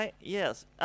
Yes